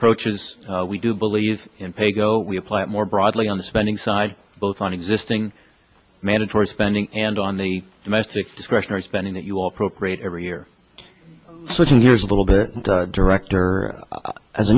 approach is we do believe in paygo we plant more broadly on the spending side both on existing mandatory spending and on the domestic discretionary spending that you all appropriate every year switching gears a little bit and director as